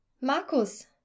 Markus